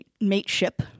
mateship